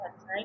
right